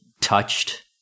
touched